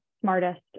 smartest